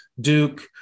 Duke